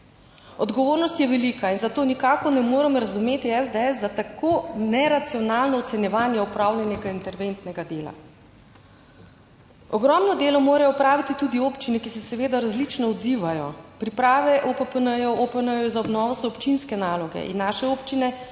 Odgovornost je velika in zato nikakor ne morem razumeti SDS za tako neracionalno ocenjevanje opravljenega interventnega dela. Ogromno delo morajo opraviti tudi občine, ki se seveda različno odzivajo. Priprave OPPN, OPN za obnovo so občinske naloge in naše občine